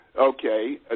Okay